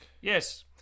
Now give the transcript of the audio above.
Yes